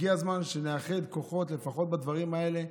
הגיע הזמן שנאחד כוחות לפחות בדברים האלה,